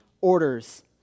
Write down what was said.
orders